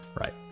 right